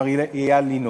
מר איל ינון,